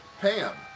Pam